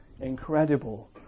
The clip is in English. incredible